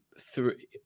three